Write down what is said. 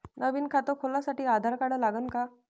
नवीन खात खोलासाठी आधार कार्ड लागन का?